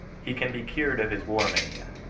he can be cured of his war mania.